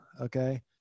Okay